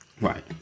Right